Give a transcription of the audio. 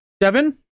Devin